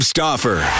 Stoffer